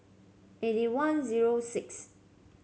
eighty one zero sixth